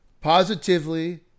positively